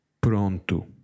pronto